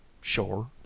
Sure